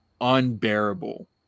unbearable